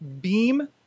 Beam